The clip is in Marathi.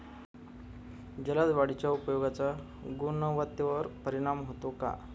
जलद वाढीच्या उपायाचा गुणवत्तेवर परिणाम होतो का?